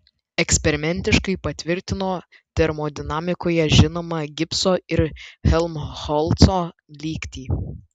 eksperimentiškai patvirtino termodinamikoje žinomą gibso ir helmholco lygtį